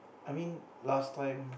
I mean last time